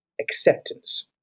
acceptance